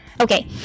okay